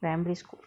primary school